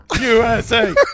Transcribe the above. USA